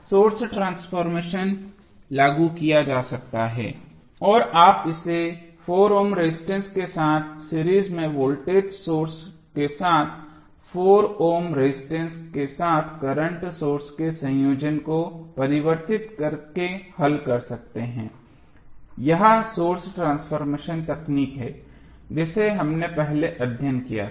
source transformation लागू किया जा सकता है और आप इसे 4 ओम रेजिस्टेंस के साथ सीरीज में वोल्टेज सोर्स के साथ 4 ओम रेजिस्टेंस के साथ करंट सोर्स के संयोजन को परिवर्तित करके हल कर सकते हैं यह सोर्स ट्रांसफॉर्मेशन तकनीक है जिसे हमने पहले अध्ययन किया था